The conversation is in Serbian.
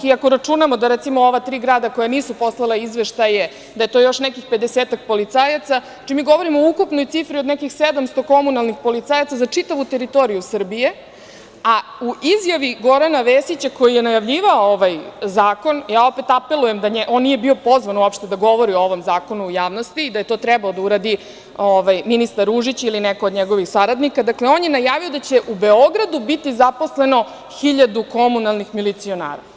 Ako računamo da, recimo, ova tri grada koja nisu poslala izveštaje, da je to još nekih 50-ak policajaca, znači, mi govorimo o ukupnoj cifri od nekih 700 komunalnih policajaca za čitavu teritoriju Srbije, a u izjavi Gorana Vesića, koji je najavljivao ovaj zakon, ja opet apelujem da on nije bio pozvan uopšte da govori o ovom zakonu u javnosti, da je to trebao da uradi ministar Ružić ili neko od njegovih saradnika, dakle, on je najavio da će u Beogradu biti zaposleno 1.000 komunalnih milicionara.